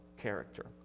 character